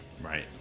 Right